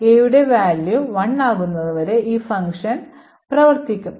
aയുടെ value 1 ആകുന്നതുവരെ ഈ function പ്രവ്ർത്തിക്കും